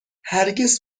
هرگز